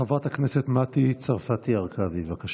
חברת הכנסת מטי צרפתי הרכבי, בבקשה.